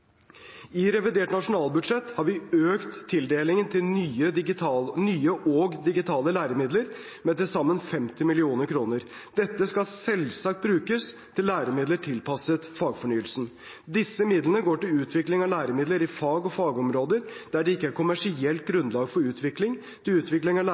I revidert nasjonalbudsjett har vi økt tildelingen til nye og digitale læremidler med til sammen 50 mill. kr. Dette skal selvsagt brukes til læremidler tilpasset fagfornyelsen. Disse midlene går til utvikling av læremidler i fag og fagområder der det ikke er kommersielt grunnlag for utvikling, til utvikling av